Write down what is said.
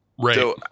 Right